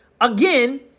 again